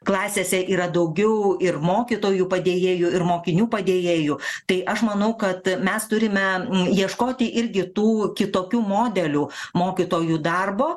klasėse yra daugiau ir mokytojų padėjėjų ir mokinių padėjėjų tai aš manau kad mes turime ieškoti irgi tų kitokių modelių mokytojų darbo